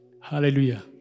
Hallelujah